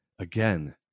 Again